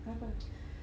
kenapa